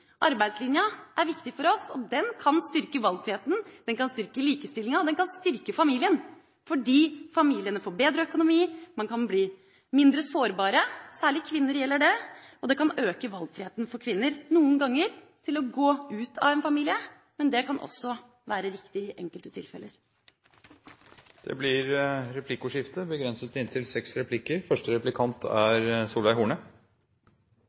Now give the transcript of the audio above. Arbeidslinja er viktig for oss. Den kan styrke valgfriheten, den kan styrke likestillinga, og den kan styrke familien, fordi familiene får bedre økonomi, og man kan bli mindre sårbar – særlig gjelder det kvinner. Arbeidslinja kan også bidra til å øke valgfriheten for kvinner, noen ganger til å gå ut av en familie, men det kan også være riktig i enkelte tilfeller. Det blir replikkordskifte.